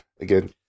again